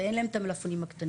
אין להם את המלפפונים הקטנים.